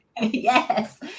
yes